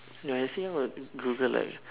ya I think I would google like